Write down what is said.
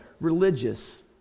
Religious